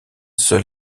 seul